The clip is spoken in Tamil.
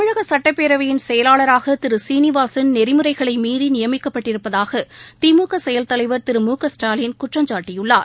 தமிழக சுட்டப்பேரவையின் செயலாளராக திரு சீனிவாசன் நெறிமுறைகளை மீறி நியமிக்கப்பட்டிருப்பதாக திமுக செயல் தலைவர் திரு மு க ஸ்டாலின் குற்றம் சாட்டியுள்ளார்